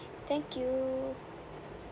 thank you